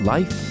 Life